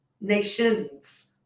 Nations